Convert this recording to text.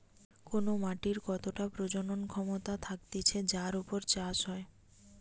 কোন মাটির কতটা প্রজনন ক্ষমতা থাকতিছে যার উপর চাষ হয়